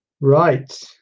right